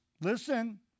listen